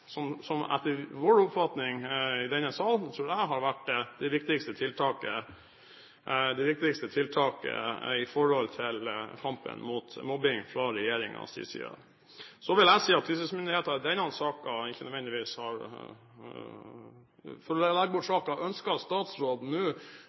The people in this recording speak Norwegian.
Etter vår oppfatning i denne salen har det vært det viktigste tiltaket fra regjeringens side i kampen mot mobbing. Så vil jeg si at tilsynsmyndigheten i denne saken ikke nødvendigvis har – eller for å legge bort